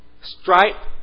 stripe